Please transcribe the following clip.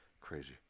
crazy